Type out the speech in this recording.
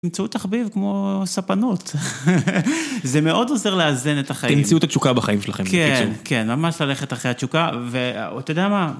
תמצאו תחביב כמו ספנות, זה מאוד עוזר לאזן את החיים שלכם. - תמצאו את התשוקה בחיים שלכם, בקיצור - כן, כן, ממש ללכת אחרי התשוקה, ואתה יודע מה?